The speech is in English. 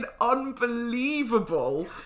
Unbelievable